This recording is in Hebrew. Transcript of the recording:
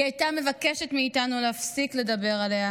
היא הייתה מבקשת מאיתנו להפסיק לדבר עליה,